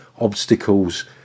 obstacles